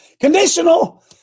conditional